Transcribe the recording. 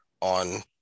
on